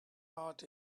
heart